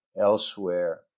elsewhere